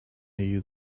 you